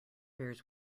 bears